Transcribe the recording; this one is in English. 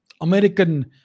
American